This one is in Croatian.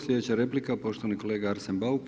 Sljedeća replika, poštovani kolega Arsen Bauk.